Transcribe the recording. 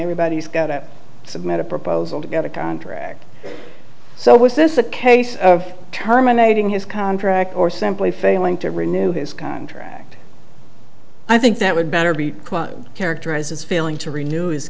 everybody's got to submit a proposal to get a contract so was this a case of terminating his contract or simply failing to renew his contract i think that would better be characterized as failing to renew his